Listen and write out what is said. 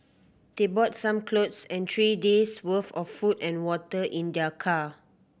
they brought some clothes and three days' worth of food and water in their car